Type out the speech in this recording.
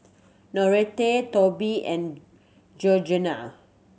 Noreta Tobie and Georgeanna